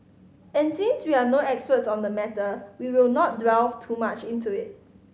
and since we are no experts on the matter we will not delve too much into it